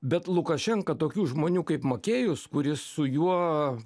bet lukašenka tokių žmonių kaip makėjus kuris su juo